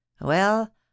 Well